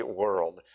world